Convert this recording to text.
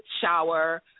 shower